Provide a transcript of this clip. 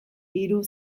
hiru